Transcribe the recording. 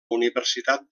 universitat